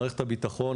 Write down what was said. מערכת הביטחון,